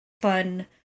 fun